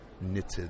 knitted